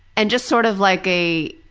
and just sort of like a,